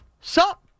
sup